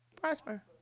prosper